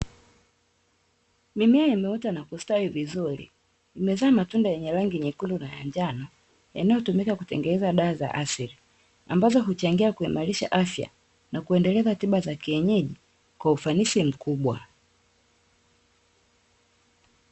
Mimea imeota na kustawi vizuri, imezaa matunda yenye rangi nyekundu na ya njano, yanayotumika kutengeneza dawa za asili. Ambazo huchangia kuimarisha afya, na kuendeleza tiba za kienyeji, kwa ufanisi mkubwa.